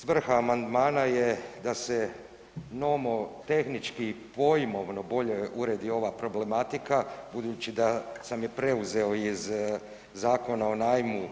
Svrha amandmana je da se nomotehnički pojmovno bolje uredi ova problematika budući sam je preuzeo iz zakona o najmu